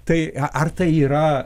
tai a ar tai yra